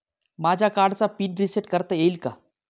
माझ्या कार्डचा pin reset करता येईल का?